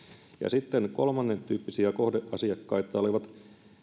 ja sitten kolmannentyyppisiä kohdeasiakkaita olivat